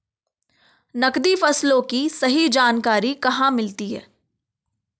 नकदी फसलों की सही जानकारी कहाँ मिलेगी?